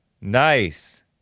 Nice